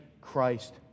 Christ